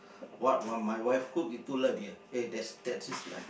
what what my wife cook itu eh that's is lah